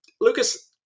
Lucas